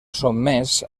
sotmès